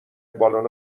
بالن